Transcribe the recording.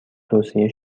توصیه